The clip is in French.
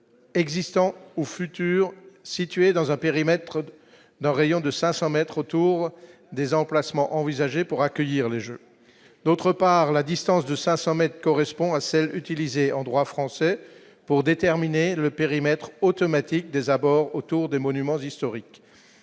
existants ou futurs situées dans un périmètre d'un rayon de 500 mètres autour des emplacements envisagés pour accueillir les Jeux, d'autre part, la distance de 500 mètres correspond à celle utilisée en droit français pour déterminer le périmètre automatique des abords autour des monuments historiques,